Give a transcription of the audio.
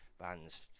bands